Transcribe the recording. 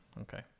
Okay